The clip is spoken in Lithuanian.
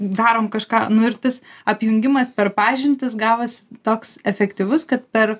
darom kažką nu ir tas apjungimas per pažintis gavosi toks efektyvus kad per